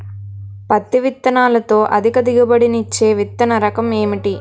పత్తి విత్తనాలతో అధిక దిగుబడి నిచ్చే విత్తన రకం ఏంటి?